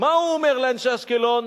מה הוא אומר לאנשי אשקלון?